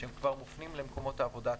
שהם כבר מופנים למקומות העבודה עצמם.